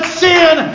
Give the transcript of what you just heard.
sin